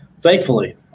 Thankfully